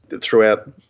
throughout